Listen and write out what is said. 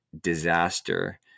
Disaster